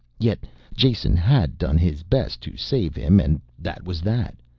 yet jason had done his best to save him and that was that.